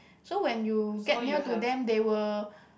so when you get near to them they will